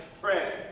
friends